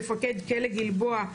מפקד כלא גלבוע,